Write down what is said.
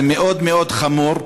זה מאוד מאוד חמור.